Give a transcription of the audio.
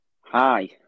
Hi